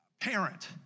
parent